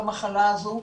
במחלה הזאת.